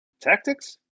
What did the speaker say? tactics